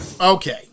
okay